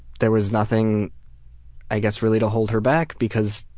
there was nothing i guess really to hold her back, because